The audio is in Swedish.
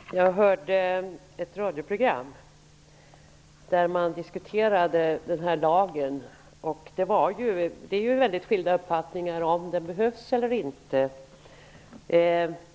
Fru talman! Jag hörde ett radioprogram där man diskuterade den här lagen. Det råder skilda uppfattningar om huruvida den behövs eller inte.